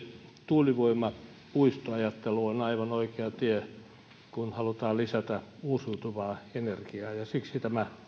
tuulivoimapuistoajattelu on aivan oikea tie kun halutaan lisätä uusiutuvaa energiaa ja siksi tämä